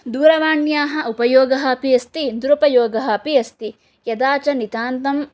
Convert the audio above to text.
दूरवाण्याः उपयोगः अपि अस्ति दुरुपयोगः अपि अस्ति यदा च नितान्तम्